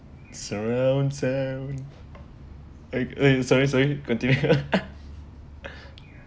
surround sound eh sorry sorry continue